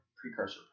precursor